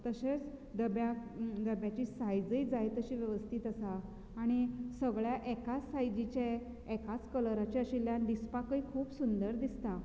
तशेंच डब्याक डब्याची सायजय जाय तशी वेवस्थीत आसा आनी सगळ्या एकाच सायजीचे एकाच कलराचे आशिल्यान दिसपाकय खूब सुंदर दिसतात